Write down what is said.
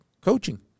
coaching